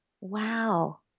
wow